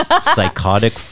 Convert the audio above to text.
psychotic